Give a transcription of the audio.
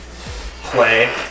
play